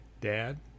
Dad